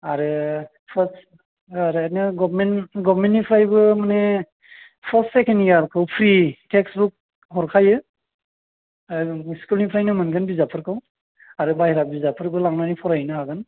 आरो फार्स्त ओरैनो गभमेन्ट गभमेन्टनिफ्रायबो माने फार्स्त सेकेन्द इयारखौ फ्रि टेस्क बुक हरखायो आरो स्कुलनिफ्रायनो मोनगोन बिजाबफोरखौ आरो बाहेरा बिजाबफोरखौ लांनानै फरायहैनो हागोन